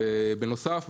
בנוסף,